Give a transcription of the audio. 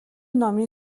номын